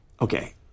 Okay